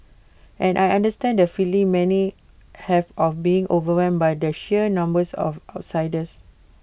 and I understand the feeling many have of being overwhelmed by the sheer numbers of outsiders